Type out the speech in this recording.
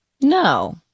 No